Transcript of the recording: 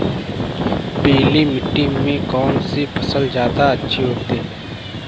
पीली मिट्टी में कौन सी फसल ज्यादा अच्छी होती है?